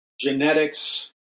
genetics